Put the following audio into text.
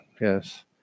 Yes